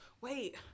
Wait